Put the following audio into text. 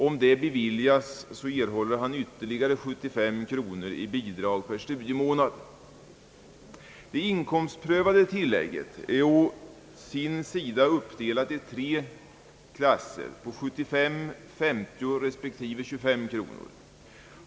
Om det beviljas, erhåller han ytterligare 75 kronor i bidrag per studiemånad. Det inkomstprövade tillägget är å sin sida uppdelat i tre klasser på 75, 50 respektive 235 kronor.